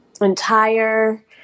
entire